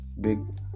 big